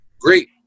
Great